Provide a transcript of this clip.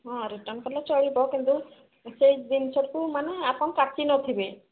ହଁ ରିଟର୍ଣ୍ଣ କଲେ ଚଳିବ କିନ୍ତୁ ସେ ଜିନିଷକୁ ମାନେ ଆପଣ କାଟି ନ ଥିବେ